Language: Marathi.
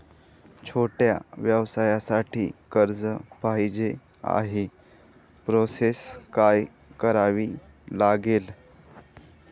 छोट्या व्यवसायासाठी कर्ज पाहिजे आहे प्रोसेस काय करावी लागेल?